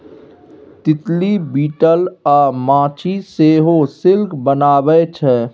तितली, बिटल अ माछी सेहो सिल्क बनबै छै